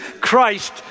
Christ